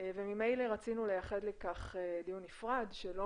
וממילא רצינו לייחד לכך דיון נפרד שלא